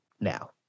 now